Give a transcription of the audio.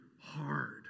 hard